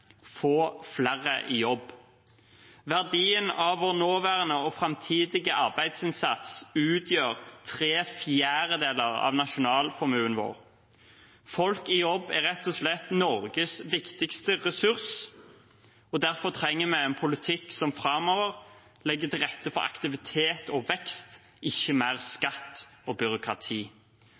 Få flere i jobb. Verdien av vår nåværende og framtidige arbeidsinnsats utgjør tre fjerdedeler av nasjonalformuen vår. Folk i jobb er rett og slett Norges viktigste ressurs, og derfor trenger vi en politikk som framover legger til rette for aktivitet og vekst, ikke mer skatt og byråkrati.